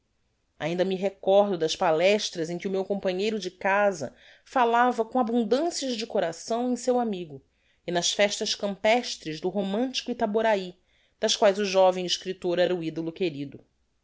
ainda me recordo das palestras em que o meu companheiro de casa fallava com abundancias de coração em seu amigo e nas festas campestres do romantico itaborahy das quaes o jovem escriptor era o idolo querido